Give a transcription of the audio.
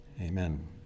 Amen